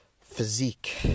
physique